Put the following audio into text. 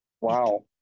wow